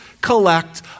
collect